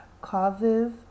causes